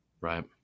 Right